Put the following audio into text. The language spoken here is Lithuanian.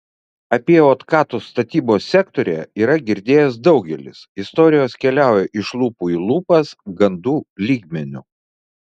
apie otkatus statybos sektoriuje yra girdėjęs daugelis istorijos keliauja iš lūpų į lūpas gandų lygmeniu